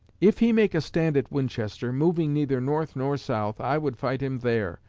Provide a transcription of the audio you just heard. if he make a stand at winchester, moving neither north nor south, i would fight him there,